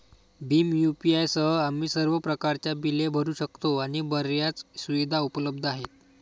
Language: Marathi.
भीम यू.पी.आय सह, आम्ही सर्व प्रकारच्या बिले भरू शकतो आणि बर्याच सुविधा उपलब्ध आहेत